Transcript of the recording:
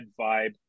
vibe